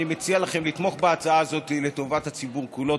אני מציע לכם לתמוך בהצעה הזאת לטובת הציבור כולו.